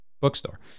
bookstore